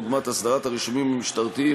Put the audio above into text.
דוגמת הסדרת הרישומים המשטרתיים,